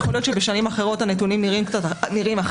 יכול להיות שבשנים אחרות הנתונים נראים אחרת.